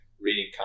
reading